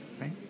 right